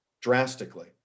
drastically